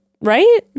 right